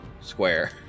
square